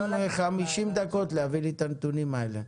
50 דקות להביא לי את הנתונים האלה,